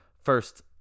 first